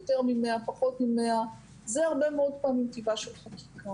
פחות מ-100 זה הרבה מאוד פעמים טיבה של חקיקה.